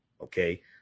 Okay